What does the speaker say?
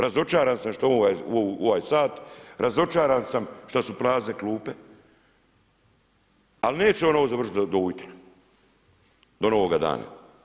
Razočaran sam što u ovaj sat, razočaran sam što su prazne klupe, ali neće ono završiti do ujutro, do novoga dana.